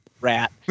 Rat